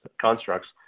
constructs